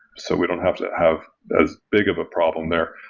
so we don't have to have as big of a problem there,